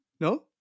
No